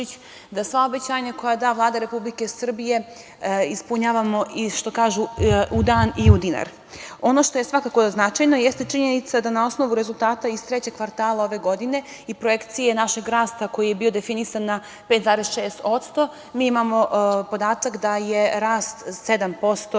da sva obećanja koje da Vlada Republike Srbije, ispunjavamo u dan i u dinar. Ono što je svakako značajno jeste činjenica da na osnovu rezultata iz trećeg kvartala ove godine i projekcije našeg rasta koji je bio definisan na 5,6%, mi imamo podatak da je rast 7%